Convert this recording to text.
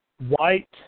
white